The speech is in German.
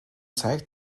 zeigt